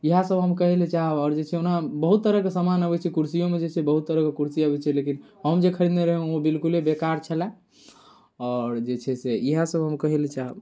इएहसभ हम कहय लेल चाहब आओर जे छै ओना बहुत तरहके सामान अबै छै कुरसिओमे जे छै बहुत तरहके कुरसी अबै छै लेकिन हम जे खरीदने रहौँ ओ बिलकुले बेकार छलय आओर जे छै से इएहसभ हम कहय लेल चाहब